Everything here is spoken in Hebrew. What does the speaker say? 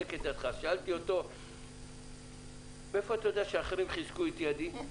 שאלתי, מאיפה אתה יודע שאחרים חיזקו את ידי?